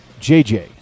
JJ